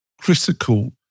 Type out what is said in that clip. critical